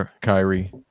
Kyrie